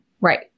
Right